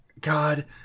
God